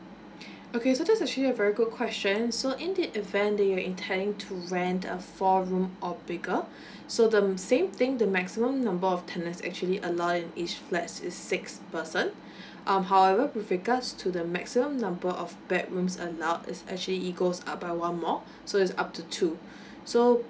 okay so that's actually a very good question so in the event that you intending to rent a four room or bigger so them~ same thing the maximum number of tenant actually allowed in each flats is six person um however with regards to the maximum number of bedrooms allowed is actually it goes up by one more so is up to two so